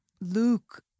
Luke